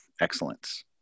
excellence